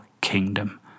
kingdom